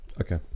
Okay